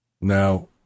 Now